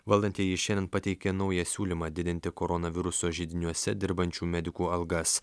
valdantieji šiandien pateikė naują siūlymą didinti koronaviruso židiniuose dirbančių medikų algas